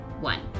one